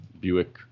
Buick